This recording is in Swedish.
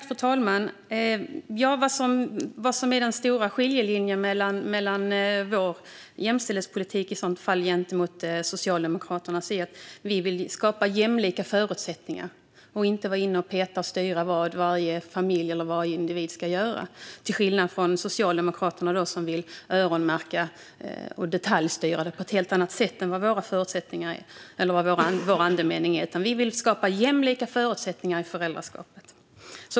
Fru talman! Den stora skiljelinjen mellan vår jämställdhetspolitik och Socialdemokraternas är ju att vi vill skapa jämlika förutsättningar och inte vara inne och peta och styra vad varje familj eller individ ska göra. Detta vill vi till skillnad från Socialdemokraterna, som vill öronmärka och detaljstyra på ett helt annat sätt än vad vår andemening är. Vi vill skapa jämlika förutsättningar i föräldraskapet.